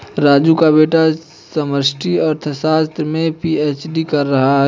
राजू का बेटा समष्टि अर्थशास्त्र में पी.एच.डी कर रहा है